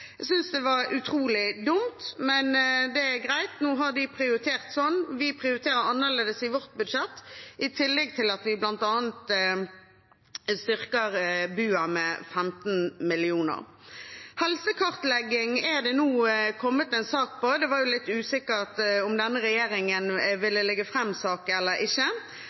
Jeg synes det er utrolig dumt, men det er greit, nå har de prioritert sånn. Vi prioriterer annerledes i vårt budsjett, i tillegg til at vi bl.a. styrker BUA med 15 mill. kr. Helsekartlegging er det nå kommet en sak om. Det var litt usikkert om denne regjeringen ville legge fram saken eller ikke,